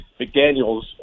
McDaniels